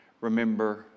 remember